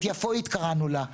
"יפואית" קראנו לה.